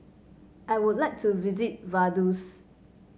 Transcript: I would like to visit Vaduz